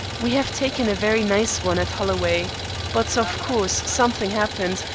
we have taken a very nice one at holloway. but of course something happened,